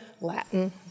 Latin